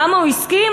למה הוא הסכים?